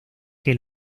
que